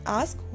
ask